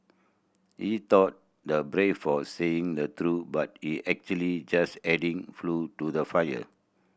he thought the brave for saying the truth but he actually just adding flue to the fire